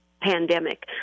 pandemic